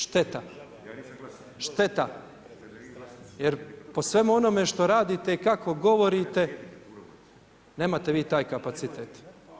Šteta, šteta jer po svemu onome što radite i kako govorite nemate vi taj kapacitet.